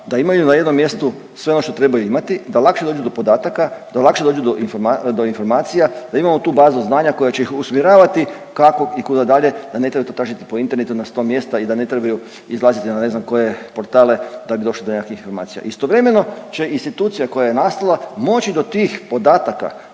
da imaju na jednom mjestu sve ono što trebaju imati, da lakše dođu do podataka, da lakše dođu do informacija da imamo tu bazu znanja koja će ih usmjeravati kako i kuda dalje da ne treba to tražit po internetu na sto mjesta i da ne trebaju izlaziti na ne znam koje portale da bi došli do nekakvih informacija. Istovremeno će institucija koja je nastala moći do tih podataka